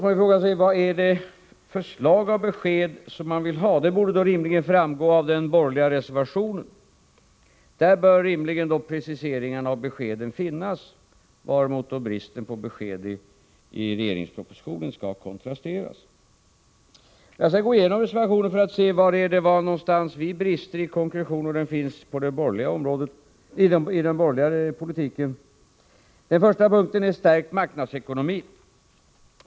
Jag frågar mig då vad det är för slag av besked som de vill ha. Det borde rimligen framgå av den borgerliga reservationen. Där bör rimligen preciseringarna och beskeden finnas, varemot bristen på besked i regeringspropositionen skall kontrastera. Jag skall gå igenom reservationen för att se var någonstans vi brister i konkretion men sådana brister inte finns i den borgerliga politiken. Den första punkten är stärkt marknadsekonomi.